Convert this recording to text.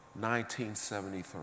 1973